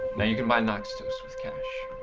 you can buy noxtose with cash.